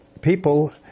people